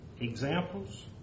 Examples